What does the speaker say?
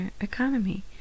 economy